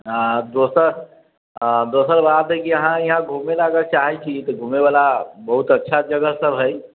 आ दोसर आ दोसर बात है की अहाँ यहाँ घुमैला अगर चाहै छी तऽ घुमैवला बहुत अच्छा जगह सब है